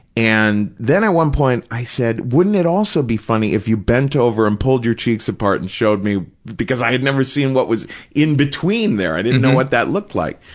and then at one point, i said, wouldn't it also be funny if you bent over and pulled your cheeks apart and showed me, because i had never seen what was in between there. i didn't know what that looked like.